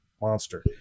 monster